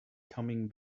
coming